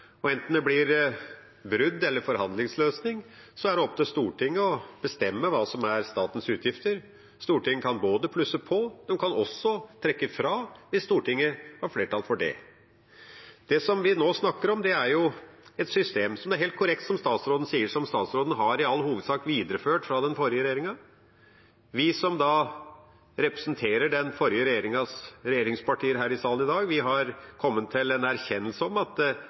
behandling. Enten det blir brudd eller det blir forhandlingsløsning, er det opp til Stortinget å bestemme hva som er statens utgifter. Stortinget kan plusse på – og kan også trekke fra, hvis det er flertall i Stortinget for det. Det vi nå snakker om, er et system – det er helt korrekt, det som statsråden sier – som statsråden i all hovedsak har videreført fra den forrige regjeringa. Vi som representerer den forrige regjeringas regjeringspartier her i salen i dag, har kommet til en erkjennelse av at